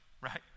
right